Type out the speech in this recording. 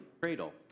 Cradle